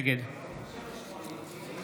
נגד